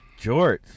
Jorts